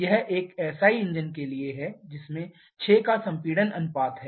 यह एक SI engine के लिए है जिसमें 6 का संपीड़न अनुपात है